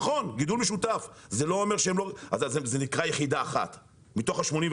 נכון בגידול משותף וזה נקרא יחידה אחת מתוך ה-85,